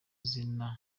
izina